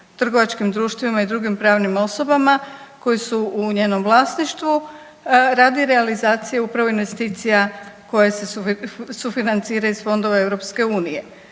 trgovačkim društvima i drugim pravnim osobama koje su u njenom vlasništvu radi realizacije upravo investicija koje se sufinanciraju iz fondova EU.